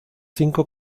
cinco